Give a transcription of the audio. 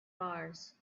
mars